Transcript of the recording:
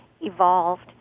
evolved